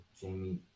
Jamie